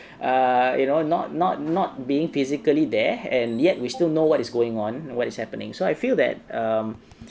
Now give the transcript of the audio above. err you know not not not being physically there and yet we still know what is going on what is happening so I feel that um